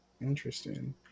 Interesting